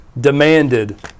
demanded